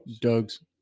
Doug's